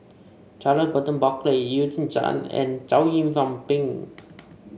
Charles Burton Buckley Eugene Chen and Chow Yian Ping